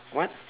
what